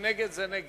מי שנגד, זה נגד.